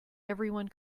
everyone